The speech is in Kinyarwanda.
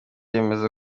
yemeza